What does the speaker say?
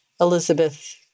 Elizabeth